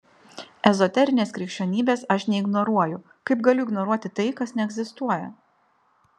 ezoterinės krikščionybės aš neignoruoju kaip galiu ignoruoti tai kas neegzistuoja